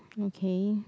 okay